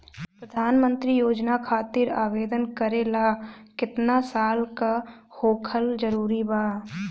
प्रधानमंत्री योजना खातिर आवेदन करे ला केतना साल क होखल जरूरी बा?